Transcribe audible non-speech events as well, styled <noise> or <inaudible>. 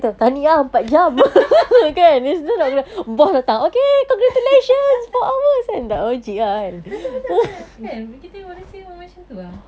<laughs> betul <laughs> betul betul betul kan kita manusia memang mcam tu ah